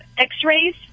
x-rays